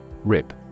RIP